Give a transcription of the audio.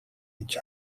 each